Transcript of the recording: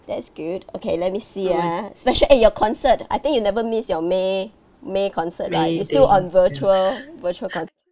that's good okay let me see ah special eh your concert I think you never miss your may may concert right it's still on virtual virtual con~